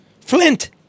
Flint